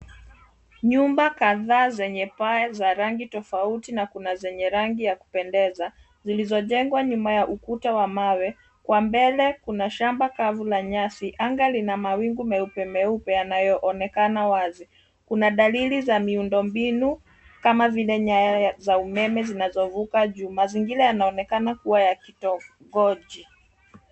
Nyumba kadhaa zenye paa za rangi tofauti na kuna zenye rangi ya kupendeza, zilizojengwa nyuma ya ukuta wa mawe. Kwa mbele kuna shamba kavu la nyasi, anga lina mawingu meupe, meupe yanayoonekana wazi. Kuna dalili za miundombinu kama vile nyaya za umeme zinazovuka juu. Mazingira yanaonekana kuwa ya kitongoji.